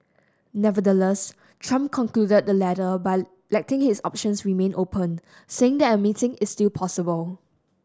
Nevertheless Trump concluded the letter by letting his options remain open saying that a meeting is still possible